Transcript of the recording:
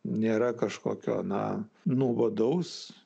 nėra kažkokio na nuobodaus